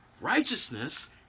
righteousness